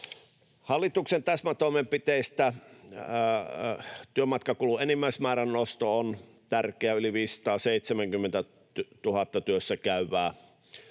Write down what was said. Hallituksen täsmätoimenpiteistä työmatkakulujen enimmäismäärän nosto on tärkeä — yli 570 000 työssäkäyvään